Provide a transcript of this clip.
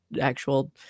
actual